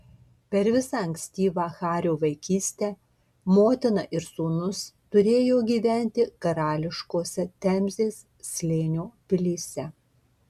per visą ankstyvą hario vaikystę motina ir sūnus turėjo gyventi karališkose temzės slėnio pilyse